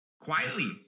quietly